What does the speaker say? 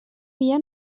via